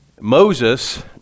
Moses